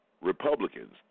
Republicans